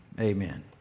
Amen